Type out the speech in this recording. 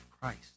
Christ